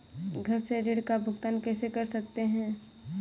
घर से ऋण का भुगतान कैसे कर सकते हैं?